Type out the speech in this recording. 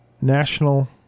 National